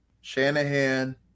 Shanahan